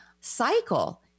cycle